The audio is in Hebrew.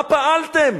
מה פעלתם?